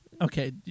Okay